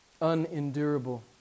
unendurable